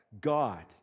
God